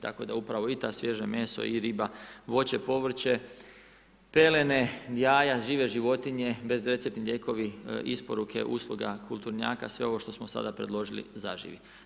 Tako da upravo i ta svježe meso i riba, voće, povrće, pelene, jaja, žive životinje, bez recepti lijekovi, isporuke usluga kulturnjaka, sve ovo što smo sada predložili zaživi.